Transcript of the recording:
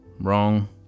Wrong